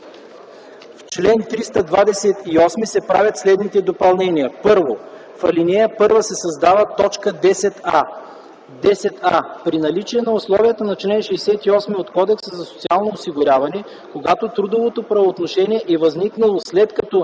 в чл. 328 се правят следните допълнения: 1. В ал. 1 се създава т. 10а: „10а. при наличие на условията на чл. 68 от Кодекса за социално осигуряване, когато трудовото правоотношение е възникнало след като